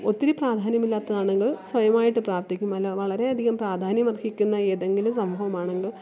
ഒത്തിരി പ്രാധാന്യം ഇല്ലാത്തതാണെങ്കില് സ്വയമായിട്ട് പ്രാര്ത്ഥിക്കും അല്ല വളരെയധികം പ്രാധാന്യം അര്ഹിക്കുന്ന ഏതെങ്കിലും സംഭവമാണെങ്കില്